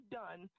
done